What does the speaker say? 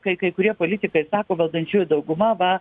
kai kai kurie politikai sako valdančioji dauguma va